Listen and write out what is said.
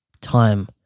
time